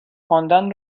خواندن